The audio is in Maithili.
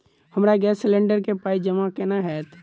हमरा गैस सिलेंडर केँ पाई जमा केना हएत?